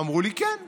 אמרו לי: כן,